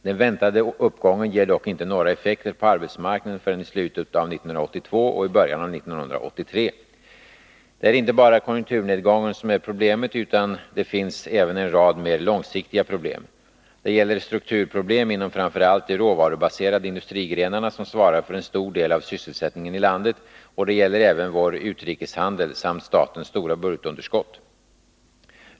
Den väntade uppgången ger dock inte några effekter på arbetsmarknaden förrän i slutet av 1982 och i början av 1983. Det är inte bara konjunkturnedgången som är problemet, utan det finns även en rad mer långsiktiga problem. Det gäller strukturproblem inom framför allt de råvarubaserade industrigrenarna, som svarar för en stor del av sysselsättningen i landet, och det gäller även vår utrikeshandel samt statens stora budgetunderskott.